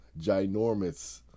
Ginormous